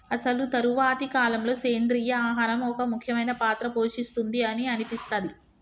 అసలు తరువాతి కాలంలో, సెంద్రీయ ఆహారం ఒక ముఖ్యమైన పాత్ర పోషిస్తుంది అని అనిపిస్తది